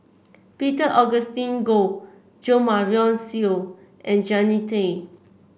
Peter Augustine Goh Jo Marion Seow and Jannie Tay